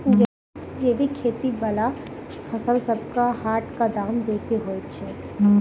जैबिक खेती बला फसलसबक हाटक दाम बेसी होइत छी